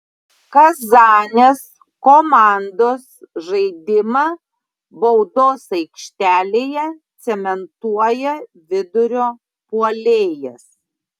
kazanės komandos žaidimą baudos aikštelėje cementuoja vidurio puolėjas